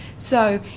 so,